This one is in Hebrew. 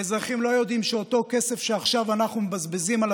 האזרחים לא יודעים שאותו כסף שעכשיו אנחנו מבזבזים על